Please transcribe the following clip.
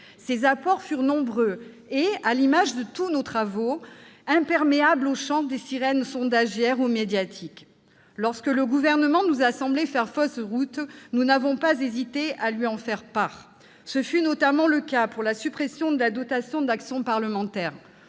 Ses apports furent nombreux et, à l'image de tous nos travaux, imperméables aux chants des sirènes sondagières ou médiatiques. Lorsque le Gouvernement nous a semblé faire fausse route, nous n'avons pas hésité à lui en faire part. Ce fut notamment le cas pour la suppression de la dotation d'action parlementaire,